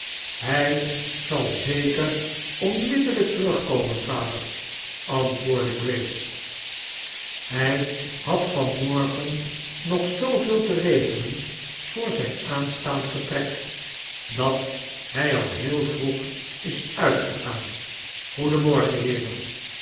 hij zal zeker oniaia dellijk terugkomeo vader antwoordde grace hij had van morgen nog zoo veel te regelen voor zijn aanstaand vertiek dat hij al heel woeg is uitgegaan